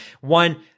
one